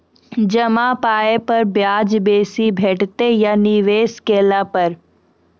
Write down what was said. जमा पाय पर ब्याज बेसी भेटतै या निवेश केला पर?